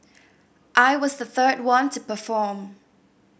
I was the third one to perform